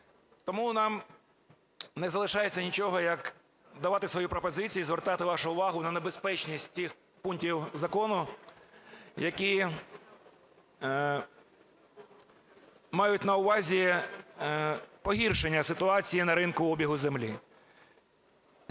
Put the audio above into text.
Тому нам не залишається нічого, як давати свої пропозиції, звертати вашу увагу на небезпечність тих пунктів закону, які мають на увазі погіршення ситуації на ринку обігу землі.